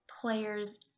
players